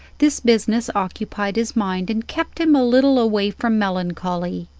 this business occupied his mind, and kept him a little away from melancholy.